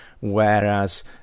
whereas